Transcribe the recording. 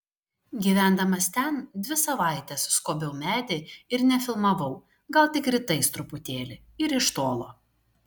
gyvendamas ten dvi savaites skobiau medį ir nefilmavau gal tik rytais truputėlį ir iš tolo